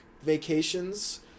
vacations